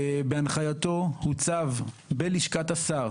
בהנחייתו הוצב בלשכת השר